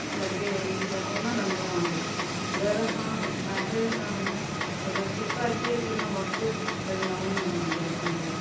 त कोन लंघणो आहे घर खां ॿाहिरि था वञू त अगरि छिक अचे थी हुन वक़्तु त न वञणो आहे घर खां ॿाहिरि